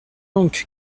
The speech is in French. donc